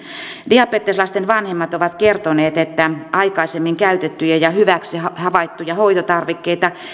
diabeteslasten vanhemmat ovat kertoneet että aikaisemmin käytettyjä ja hyväksi havaittuja hoitotarvikkeita